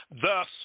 Thus